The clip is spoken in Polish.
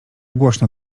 głośno